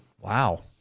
wow